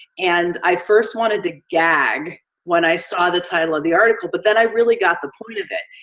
and i first wanted to gag when i saw the title of the article, but then i really got the point of it.